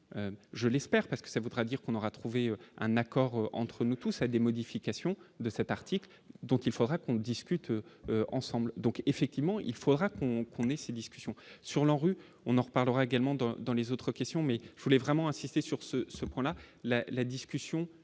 je l'espère, parce que ça voudrait dire qu'on aura trouvé un accord entre nous tout ça à des modifications de cet article, dont il faudra qu'on discute ensemble, donc effectivement il faudra qu'on qu'on si discussion sur l'ANRU, on en reparlera également dans dans les autres questions mais je voulais vraiment insister sur ce ce on, la, la, la discussion